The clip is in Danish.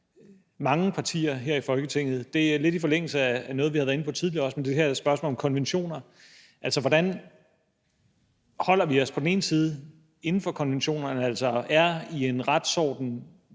mange partier her i Folketinget, er lidt i forlængelse af noget, vi også har været inde på tidligere, nemlig det her spørgsmål om konventioner. Altså, hvordan holder vi os på den ene side inden for konventionerne, altså er i en